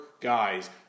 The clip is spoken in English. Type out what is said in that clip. guys